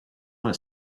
want